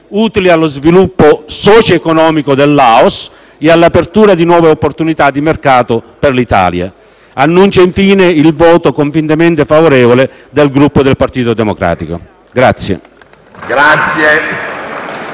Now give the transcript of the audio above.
utili allo sviluppo socio-economico del Laos e all'apertura di nuove opportunità di mercato per l'Italia. Dichiaro, infine, il voto convintamente favorevole del Gruppo Partito Democratico.